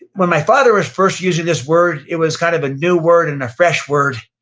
when my father was first using this word, it was kind of a new word and a fresh word,